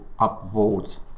upvote